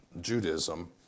Judaism